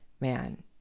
man